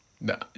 no